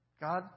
God